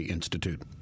Institute